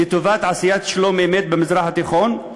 לטובת עשיית שלום-אמת במזרח התיכון,